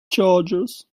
chargers